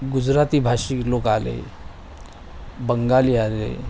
गुजराती भाषी लोक आले बंगाली आले